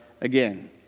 again